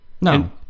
No